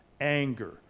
anger